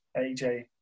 AJ